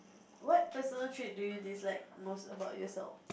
what personal trait do you dislike most about yourself